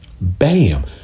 Bam